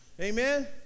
Amen